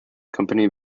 company